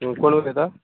कोण उलयता